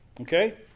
Okay